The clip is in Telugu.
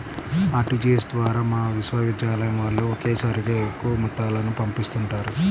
ఆర్టీజీయస్ ద్వారా మా విశ్వవిద్యాలయం వాళ్ళు ఒకేసారిగా ఎక్కువ మొత్తాలను పంపిస్తుంటారు